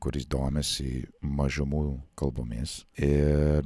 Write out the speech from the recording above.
a kuris domisi mažumų kalbomis ir